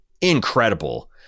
incredible